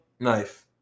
knife